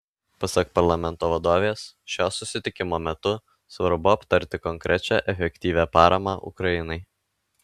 pasak parlamento vadovės šio susitikimo metu svarbu aptarti konkrečią efektyvią paramą ukrainai